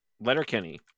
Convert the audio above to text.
Letterkenny